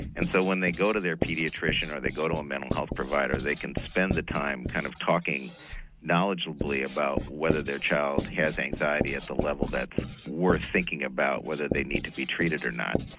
and so when they go to their paediatrician or go to a mental health provider they can spend the time kind of talking knowledgeably about whether their child has anxiety at the level that's worth thinking about whether they need to be treated or not.